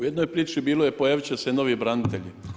U jednoj priči bilo je pojavit će se novi branitelji.